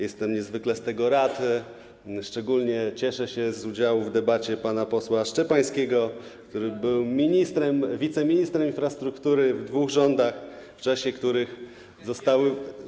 Jestem niezwykle z tego rad, szczególnie cieszę się z udziału w debacie pana posła Szczepańskiego, który był ministrem, wiceministrem infrastruktury w dwóch rządach, podczas których zostały.